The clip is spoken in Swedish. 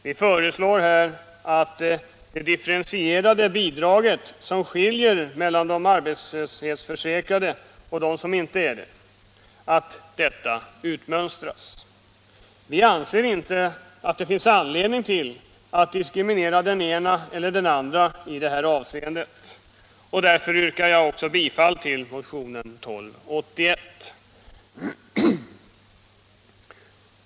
Vi föreslår att det differentierade bidraget, som skiljer mellan dem som är arbetslöshetsförsäkrade och dem som inte är det, utmönstras. Vi anser inte att det finns anledning att diskriminera den ena eller den andra i detta avseende. Därför yrkar jag alltså bifall till vår motion 1281.